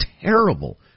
terrible